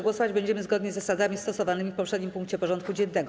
Głosować będziemy zgodnie z zasadami stosowanymi w poprzednim punkcie porządku dziennego.